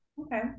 Okay